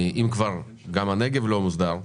אם כבר גם הנגב לא מוסדר,